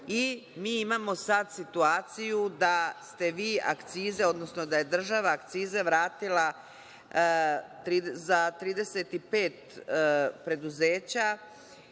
Mi imamo sada situaciju da ste vi akcize, odnosno da je država akciza vratila za 35 preduzeća